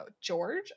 George